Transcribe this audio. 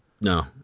No